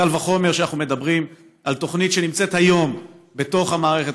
קל וחומר כשאנחנו מדברים על תוכנית שנמצאת היום בתוך המערכת,